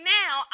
now